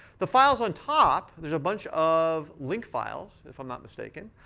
the files on top, there's a bunch of link files, if i'm not mistaken,